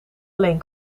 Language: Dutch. alleen